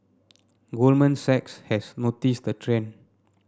goldman Sachs has noticed the trend